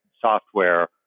software